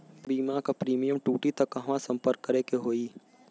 बीमा क प्रीमियम टूटी त कहवा सम्पर्क करें के होई?